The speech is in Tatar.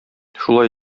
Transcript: шулай